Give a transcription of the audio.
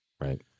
right